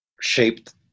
shaped